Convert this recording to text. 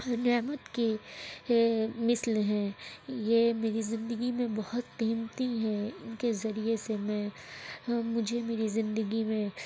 نعمت کے مثل ہے یہ میری زندگی میں بہت قیمتی ہے ان کے ذریعے سے میں مجھے میری زندگی میں